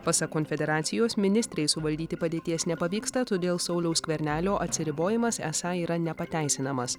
pasak konfederacijos ministrei suvaldyti padėties nepavyksta todėl sauliaus skvernelio atsiribojimas esą yra nepateisinamas